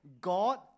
God